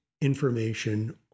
information